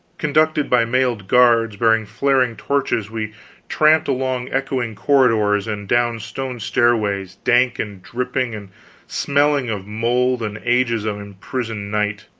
conducted by mailed guards bearing flaring torches, we tramped along echoing corridors, and down stone stairways dank and dripping, and smelling of mould and ages of imprisoned night